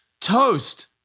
Toast